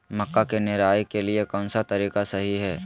मक्का के निराई के लिए कौन सा तरीका सही है?